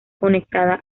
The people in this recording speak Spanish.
conectada